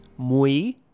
Mui